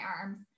arms